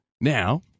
Now